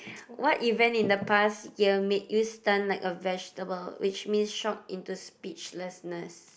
what event in the past year made you stunned like a vegetable which means shocked into speechlessness